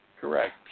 Correct